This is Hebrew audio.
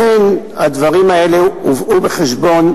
לכן, הדברים האלה הובאו בחשבון,